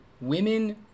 women